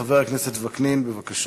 חבר הכנסת יצחק וקנין, בבקשה.